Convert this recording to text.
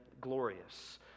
glorious